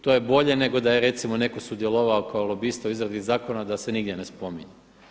To je bolje nego da je recimo netko sudjelovao kao lobista u izradi zakona da se nigdje ne spominje.